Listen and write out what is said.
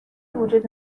وجود